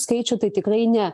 skaičių tai tikrai ne